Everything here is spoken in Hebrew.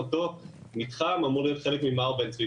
אותו מתחם אמור להיות חלק ממע"ר בן צבי,